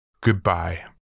Goodbye